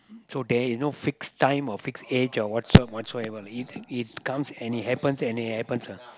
so there is no fix time or fix age what so what so ever lah it comes and it happens when it happens lah